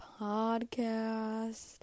podcast